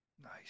nice